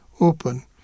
open